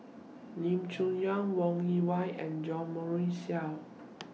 Lim Chong Yah Wong Yoon Wah and Jo Marion Seow